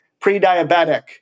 pre-diabetic